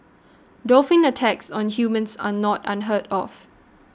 dolphin attacks on humans are not unheard of